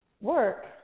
work